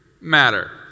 matter